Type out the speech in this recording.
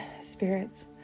spirits